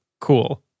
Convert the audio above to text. Cool